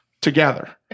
together